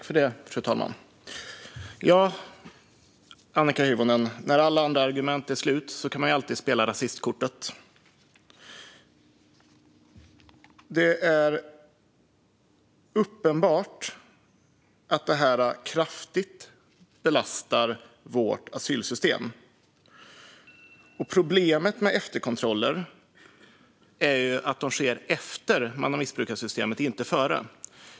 Fru talman! När alla andra argument är slut, Annika Hirvonen, kan man alltid spela rasistkortet. Det är uppenbart att detta kraftigt belastar vårt asylsystem. Problemet med efterkontroller är att de sker efter att systemet har missbrukats, inte före.